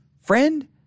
friend